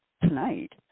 tonight